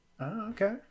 okay